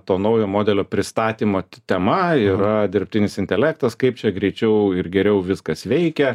to naujo modelio pristatymo tema yra dirbtinis intelektas kaip čia greičiau ir geriau viskas veikia